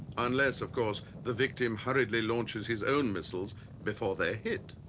unless of course the victim hurriedly launches his own missiles before they're hit.